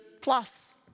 plus